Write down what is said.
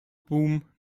boom